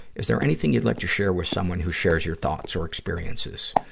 is there anything you'd like to share with someone who shares your thoughts or experiences?